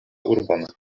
urbon